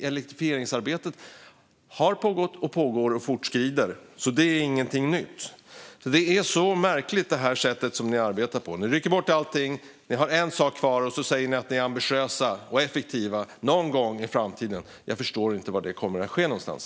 Elektrifieringsarbetet har pågått, pågår och fortskrider. Det är ingenting nytt. Det sätt som ni arbetar på är så märkligt. Ni rycker bort allting. Ni har en sak kvar, och så säger ni att ni är ambitiösa och effektiva någon gång i framtiden. Jag förstår inte var det kommer att ske någonstans.